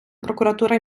прокуратура